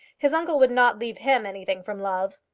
his uncle would not leave him anything from love.